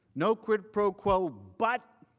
no quid pro quo, but